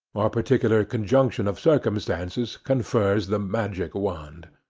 or particular conjunction of circumstances, confers the magic wand.